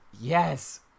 Yes